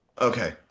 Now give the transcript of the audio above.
Okay